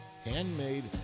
handmade